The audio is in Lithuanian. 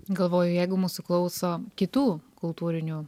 galvoju jeigu mūsų klauso kitų kultūrinių